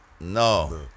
No